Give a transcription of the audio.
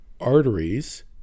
arteries